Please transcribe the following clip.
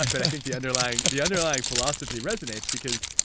i think the underlying the underlying philosophy resonates because,